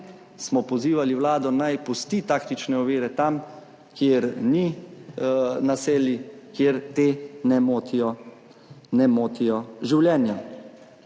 smo pozivali vlado naj pusti taktične ovire tam, kjer ni naselij, kjer te ne motijo življenja.